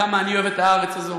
כמה אני אוהב את הארץ הזו,